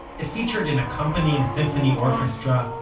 it featured an accompanying symphony orchestra,